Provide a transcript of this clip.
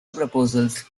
proposals